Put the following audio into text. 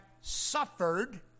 suffered